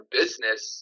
business